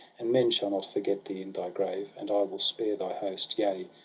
and men shall not forget thee in thy grave. and i will spare thy host yea,